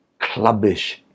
clubbish